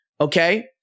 Okay